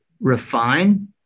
refine